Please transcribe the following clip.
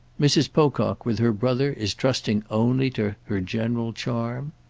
mrs. pocock, with her brother, is trusting only to her general charm?